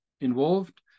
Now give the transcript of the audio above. involved